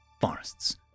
forests